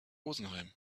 rosenheim